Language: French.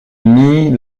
mit